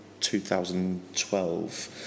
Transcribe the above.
2012